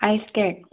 ice cake